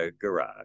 garage